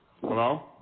Hello